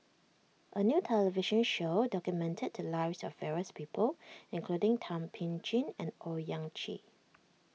a new television show documented the lives of various people including Thum Ping Tjin and Owyang Chi